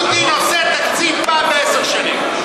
פוטין עושה תקציב פעם בעשר שנים.